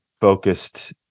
focused